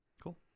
cool